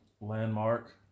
landmark